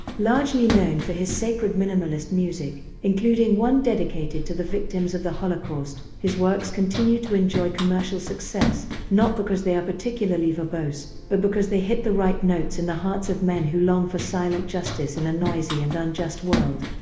largely known for his sacred minimalist music, including one dedicated to the victims of the holocaust, his works continue to enjoy commercial success, not because they are particularly verbose, but because they hit the right notes in the hearts of men who long for silent justice in a noisy and unjust world.